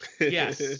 Yes